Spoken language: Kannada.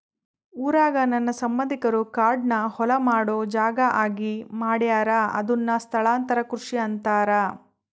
ಊರಾಗ ನನ್ನ ಸಂಬಂಧಿಕರು ಕಾಡ್ನ ಹೊಲ ಮಾಡೊ ಜಾಗ ಆಗಿ ಮಾಡ್ಯಾರ ಅದುನ್ನ ಸ್ಥಳಾಂತರ ಕೃಷಿ ಅಂತಾರ